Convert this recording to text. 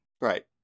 Right